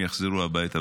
יחזרו הביתה,